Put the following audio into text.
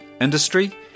industry